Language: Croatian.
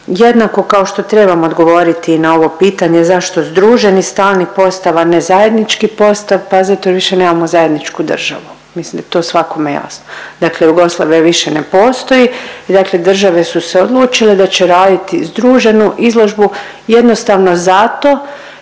Jednako kao što trebam odgovoriti i na ovo pitanje zašto združeni stalni postav, a ne zajednički postav, pazite mi više nemamo zajedničku državu. Mislim da je to svakome jasno, dakle Jugoslavija više ne postoji i dakle države su se odlučile da će raditi združenu izložbu jednostavno zato